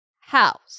house